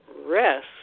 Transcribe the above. rest